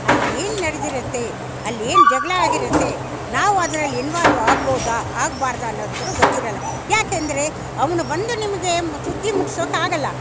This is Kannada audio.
ಅಲ್ಲಿ ಏನು ನಡ್ದಿರುತ್ತೆ ಅಲ್ಲಿ ಏನು ಜಗಳ ಆಗಿರುತ್ತೆ ನಾವು ಅದರಲ್ಲಿ ಇನ್ವಾಲ್ವ್ ಆಗಬೋದ ಆಗಬಾರ್ದ ಅನ್ನೋದು ಕೂಡ ಗೊತ್ತಿರೋಲ್ಲ ಯಾಕೆಂದ್ರೆ ಅವನು ಬಂದು ನಿಮಗೆ ಸುದ್ದಿ ಮುಟ್ಟಿಸೋಕ್ಕಾಗೋಲ್ಲ